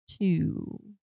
two